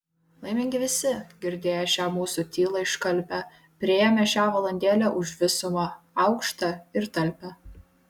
laimingi visi girdėję šią mūsų tylą iškalbią priėmę šią valandėlę už visumą aukštą ir talpią